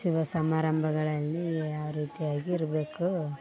ಶುಭ ಸಮಾರಂಭಗಳಲ್ಲಿ ಯಾವ್ರೀತಿಯಾಗಿ ಇರಬೇಕು